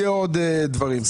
יהיו עוד דברים.